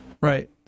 Right